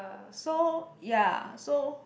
so ya so